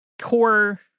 core